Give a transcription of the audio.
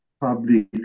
public